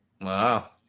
Wow